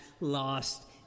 lost